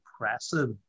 impressive